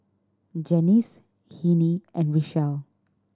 Janice Hennie and Richelle